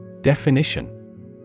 Definition